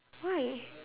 why